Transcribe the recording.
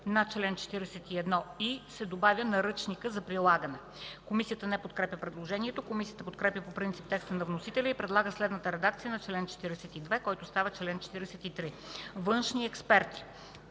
на чл. 41 и” се добавя „Наръчника за прилагане”. Комисията не подкрепя предложението. Комисията подкрепя по принцип текста на вносителя и предлага следната редакция на чл. 42, който става чл. 43: „Външни експерти